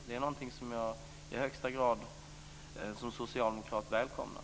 Det är någonting som jag som socialdemokrat i högsta grad välkomnar.